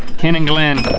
ken and glen.